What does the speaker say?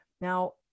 Now